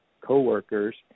coworkers